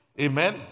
Amen